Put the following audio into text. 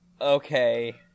Okay